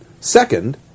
Second